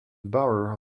borough